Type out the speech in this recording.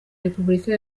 repubulika